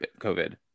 COVID